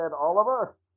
Oliver